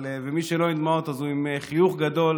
ומי שלא עם דמעות אז הוא עם חיוך גדול,